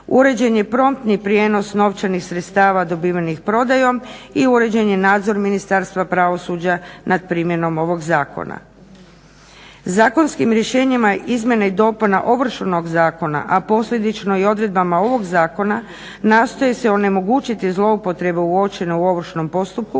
uređen je promptni prijenos novčanih sredstava dobivenih prodajom i uređen je nadzor Ministarstva pravosuđa nad primjenom ovog zakona. Zakonskim rješenjima izmjena i dopuna Ovršnog zakona, a posljedično i odredbama ovog zakona nastoji se onemogućiti zloupotreba uočena u ovršnom postupku.